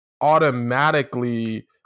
automatically